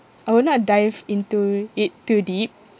I would not dive into it too deep